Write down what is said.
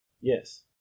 Yes